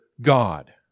God